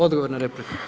Odgovor na repliku.